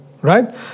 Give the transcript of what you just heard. right